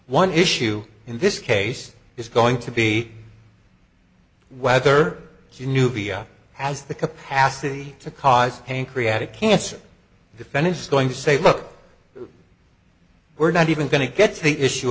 one issue in this case is going to be whether she knew via has the capacity to cause pain create a cancer defendant is going to say look we're not even going to get to the issue